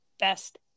Best